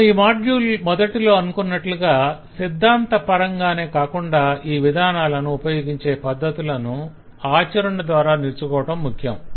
మనం ఈ మాడ్యుల్ మొదటిలో అనుకున్నట్లుగా సిద్ధాంత పరంగానే కాకుండా ఈ విధానాలను ఉపయోగించే పద్ధతులను ఆచరణ ద్వారా నేర్చుకోవడం ముఖ్యం